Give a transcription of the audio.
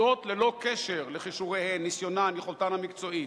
ללא קשר לכישוריהן, ניסיונן ויכולתן המקצועית.